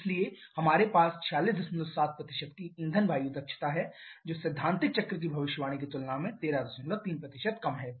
इसलिए हमारे पास 467 की ईंधन वायु दक्षता है जो सैद्धांतिक चक्र की भविष्यवाणी की तुलना में 133 कम है